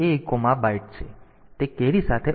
તેથી તે કેરી સાથે ઉમેરશે